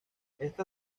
esta